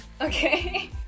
Okay